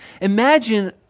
Imagine